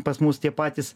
pas mus tie patys